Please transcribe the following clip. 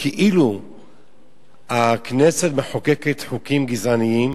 כאילו הכנסת מחוקקת חוקים גזעניים